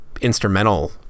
instrumental